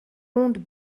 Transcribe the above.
rondes